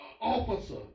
officer